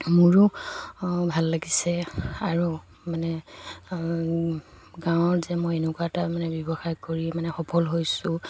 মোৰো ভাল লাগিছে আৰু মানে গাঁৱৰ যে মই এনেকুৱা এটা মানে ব্যৱসায় কৰি মানে সফল হৈছোঁ